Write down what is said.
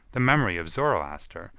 the memory of zoroaster,